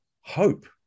hope